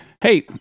Hey